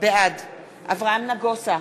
בעד אברהם נגוסה,